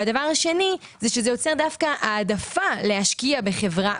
והדבר השני זה שזה יוצר דווקא ההעדפה להשקיע בחברה,